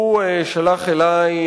הוא שלח אלי,